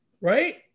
right